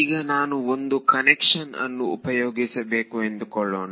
ಈಗ ನಾನು ಒಂದು ಕನ್ವೆನ್ಷನ್ ಅನ್ನು ಉಪಯೋಗಿಸಬೇಕು ಎಂದುಕೊಳ್ಳೋಣ